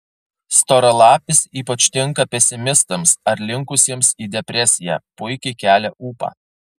storalapis ypač tinka pesimistams ar linkusiems į depresiją puikiai kelia ūpą